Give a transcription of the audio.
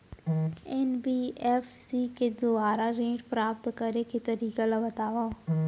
NBFC के दुवारा ऋण प्राप्त करे के तरीका ल बतावव?